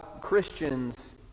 Christians